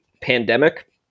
pandemic